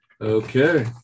Okay